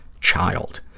child